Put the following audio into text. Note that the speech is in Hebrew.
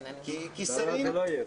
כי שרים --- זה לא יהיה.